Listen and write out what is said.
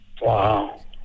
Wow